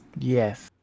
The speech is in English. Yes